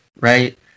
right